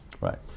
Right